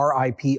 RIP